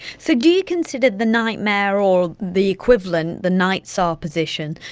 so do you consider the night mayor or the equivalent, the night tsar position,